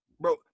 Bro